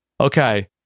Okay